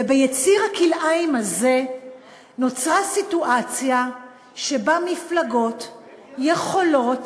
וביציר הכלאיים הזה נוצרה סיטואציה שבה מפלגות יכולות